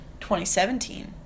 2017